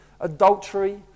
adultery